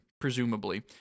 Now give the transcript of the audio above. presumably